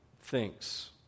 thinks